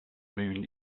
moon